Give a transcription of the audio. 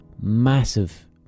massive